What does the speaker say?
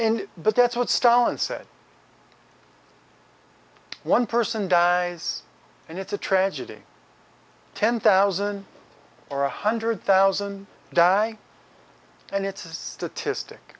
and but that's what stalin said one person dies and it's a tragedy ten thousand or a hundred thousand die and it's a statistic